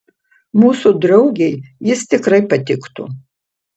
mūsų draugei jis tikrai patiktų